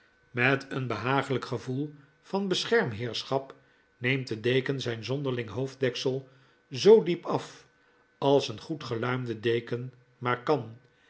met een behagelyk gevoel van beschermheerschap neemt de deken zyn zonderling hoofddeksel zoo diep af als een goed geluimde deken maar kan